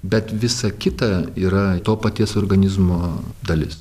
bet visa kita yra to paties organizmo dalis